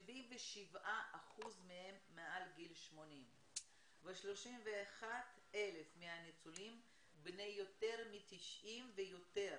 77% מהם מעל גיל 80. 31,000 מהניצולים בני יותר מ-90 ויותר.